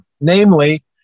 namely